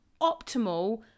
optimal